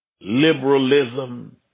liberalism